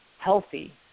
healthy